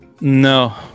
No